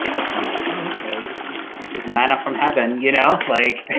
i was kind of like, oh, okay. this is this is meant from heaven. you know like